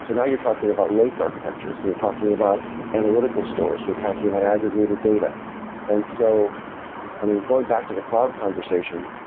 so now you're talking about lake architectures and you're talking about analytical store, so you're talking about aggregated data and so i mean, going back to the cloud conversation,